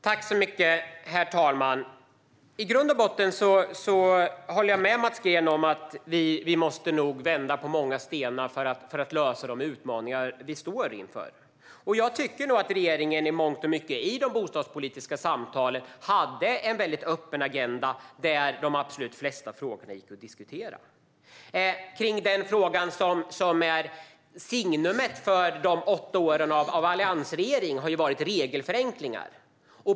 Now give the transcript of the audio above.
Herr talman! I grund och botten håller jag med Mats Green om att vi nog måste vända på många stenar för att lösa de utmaningar vi står inför. Och jag tycker nog att regeringen i mångt och mycket i de bostadspolitiska samtalen hade en öppen agenda där de absolut flesta frågorna gick att diskutera. Den fråga som är signumet för de åtta åren av alliansregering har varit regelförenklingar.